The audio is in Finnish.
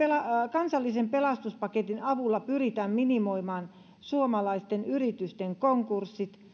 kansallisen pelastuspaketin avulla pyritään minimoimaan suomalaisten yritysten konkurssit